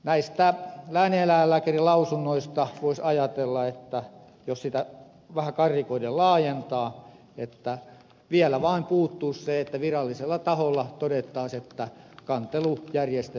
näistä läänineläinlääkärin lausunnoista voisi ajatella jos sitä vähän karrikoiden laajentaa että vielä vain puuttuisi se että viralliselta taholta todettaisiin että kantelujärjestelmä on tehoton